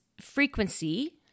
frequency